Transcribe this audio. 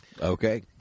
Okay